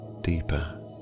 deeper